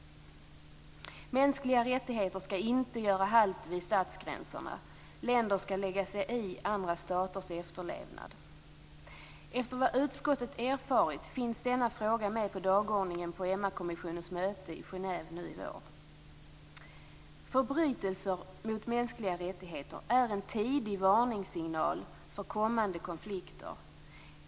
Mänskliga rättigheter skall inte göra halt vid statsgränserna. Länder skall lägga sig i andra staters efterlevnad. Efter vad utskottet erfarit finns denna fråga med på dagordningen på MR-kommissionens möte i Genève nu i vår. Förbrytelser mot mänskliga rättigheter är en tidig varningssignal för kommande konflikter.